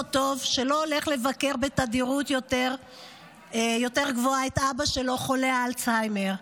שלא הולך לבקר בתדירות יותר גבוהה את אבא שלו חולה האלצהיימר.